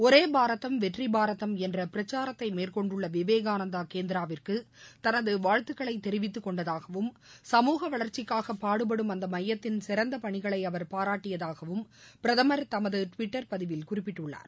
ஒரே பாரதம் வெற்றி பாரதம் என்ற பிரக்சாரத்தை மேற்கொண்டுள்ள விவேகானந்தா கேந்திராவிற்கு தளது வாழ்த்துக்களை தெரிவித்துக் கொண்டதாகவும் சமூக வளர்ச்சிக்காக பாடுபடும் அந்த எமயத்தின் சிறந்த பணிகளை அவர் பாராட்டியதாகவும் பிரதமர் தமது டுவிட்டர் பதிவில் குறிப்பிட்டுள்ளார்